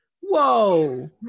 whoa